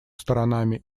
сторонами